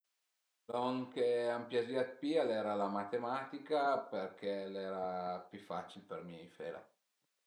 Lon ch'an piazìa d'pi l'era la matematica perché al era pi facil për mi fela